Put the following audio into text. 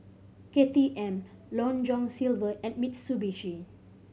K T M Long John Silver and Mitsubishi